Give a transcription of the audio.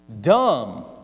dumb